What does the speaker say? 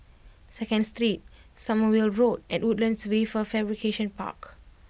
Second Street Sommerville Road and Woodlands Wafer Fabrication Park